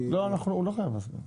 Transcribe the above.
לא הוא לא חייב להסביר.